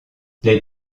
les